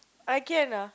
I can ah